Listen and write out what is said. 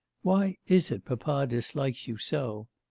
why is it papa dislikes you so?